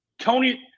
Tony